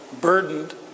burdened